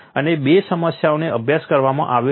અને બે સમસ્યાઓનો અભ્યાસ કરવામાં આવ્યો છે